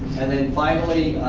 and then, finally,